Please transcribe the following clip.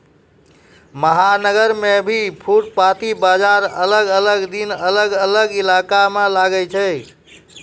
महानगर मॅ भी फुटपाती बाजार अलग अलग दिन अलग अलग इलाका मॅ लागै छै